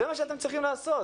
זה מה שאתם צריכים לעשות.